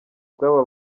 bw’aba